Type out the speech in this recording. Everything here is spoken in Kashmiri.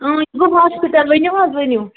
یہِ گوٚو ہاسپِٹَل ؤنِو حظ ؤنِو